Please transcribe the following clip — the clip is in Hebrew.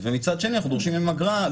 ומצד שני אנחנו דורשים מהם אגרה.